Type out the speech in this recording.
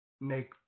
make